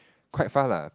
quite far lah